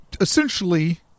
essentially